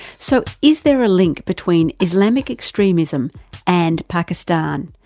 so is there a link between islamic extremism and pakistan,